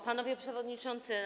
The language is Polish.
Panowie Przewodniczący!